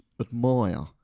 admire